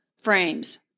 frames